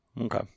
Okay